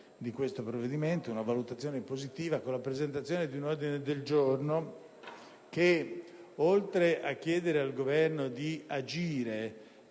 su questo provvedimento - una valutazione positiva - con la presentazione di un ordine del giorno che, oltre a chiedere al Governo di agire